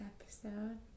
episode